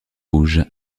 rouges